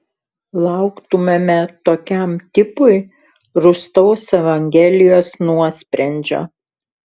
lauktumėme tokiam tipui rūstaus evangelijos nuosprendžio